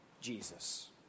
Jesus